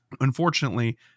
Unfortunately